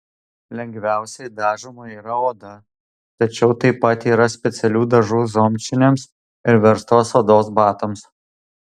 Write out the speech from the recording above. lengviausiai dažoma yra oda tačiau taip pat yra specialių dažų zomšiniams ir verstos odos batams